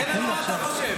תן לנו מה אתה חושב.